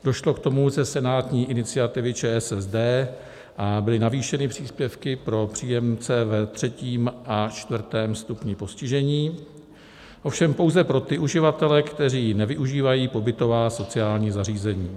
Došlo k tomu ze senátní iniciativy ČSSD a byly navýšení příspěvky pro příjemce ve třetím a čtvrtém postižení, ovšem pouze pro ty uživatele, kteří nevyužívají pobytová sociální zařízení.